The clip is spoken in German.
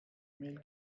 mail